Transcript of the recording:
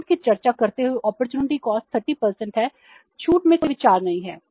छूट में कोई विचार नहीं है